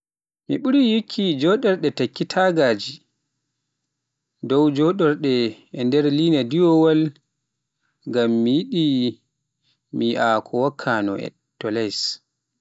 Mi ɓuri yikki joderde takki tagaaji, dow jodorde nder laana diwowal, ngam mi yia ko wakkano to e les.